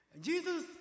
Jesus